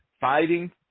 fighting